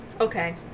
Okay